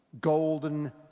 golden